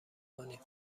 کنیم